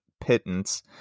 pittance